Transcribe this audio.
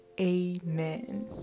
Amen